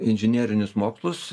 inžinerinius mokslus